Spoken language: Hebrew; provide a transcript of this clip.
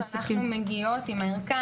אנחנו מגיעות עם ערכה.